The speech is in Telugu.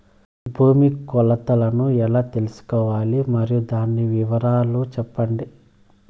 భూమి కొలతలను ఎలా తెల్సుకోవాలి? మరియు దాని వివరాలు సెప్పండి?